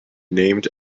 named